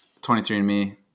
23andMe